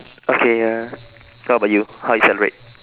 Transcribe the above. okay uh what about you how you celebrate